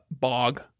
bog